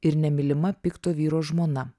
ir nemylima pikto vyro žmona